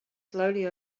slowly